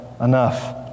enough